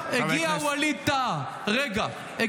הגיע ווליד טאהא,